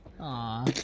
Aw